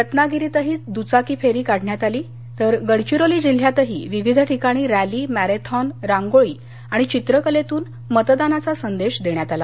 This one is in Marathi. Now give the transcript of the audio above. रत्नागिरीतही दुचाकी फेरी काढण्यात आली तर गडचिरोली जिल्हयातही विविध ठिकाणी रॅली मॅरेथॉन रांगोळी आणि चित्रकलेतून मतदानाचा संदेश देण्यात आला